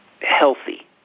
healthy